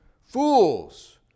Fools